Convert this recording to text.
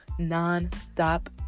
non-stop